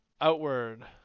Outward